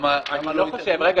רגע,